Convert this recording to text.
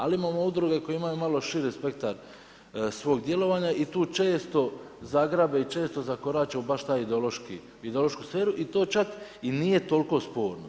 Ali imamo udruge koje imaju malo širi spektar svog djelovanja i tu često zagrabe i često zakorače u baš taj ideološku sferu i to čak i nije toliko sporno.